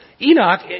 Enoch